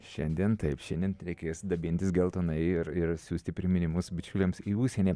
šiandien taip šiandien reikės dabintis geltonai ir ir siųsti priminimus bičiuliams į užsienį